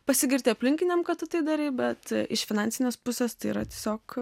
pasigirti aplinkiniam kad tu tai darei bet iš finansinės pusės tai yra tiesiog